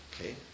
Okay